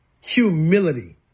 humility